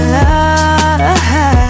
love